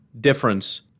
difference